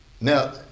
now